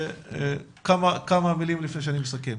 כמה מילים לפני שאני מסכם.